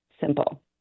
simple